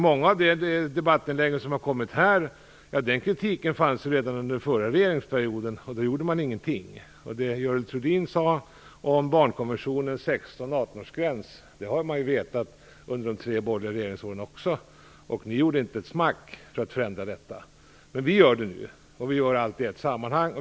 Mycket av den kritik som har framkommit i debattinläggen här fanns redan under förra regeringsperioden, och då gjorde man ingenting. Det Görel Thurdin sade om barnkonventionens 18-årsgräns har man vetat under de tre borgerliga regeringsåren också, och då gjorde man inte ett smack för att förändra detta. Men vi gör det nu, och vi gör allt i ett sammanhang.